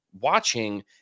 watching